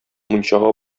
мунчага